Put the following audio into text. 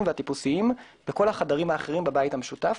והטיפוסיים בכל החדרים האחרים בבית המשותף.